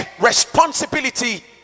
responsibility